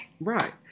Right